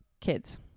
kids